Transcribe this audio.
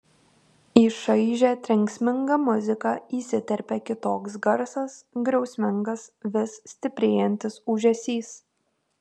į šaižią trenksmingą muziką įsiterpia kitoks garsas griausmingas vis stiprėjantis ūžesys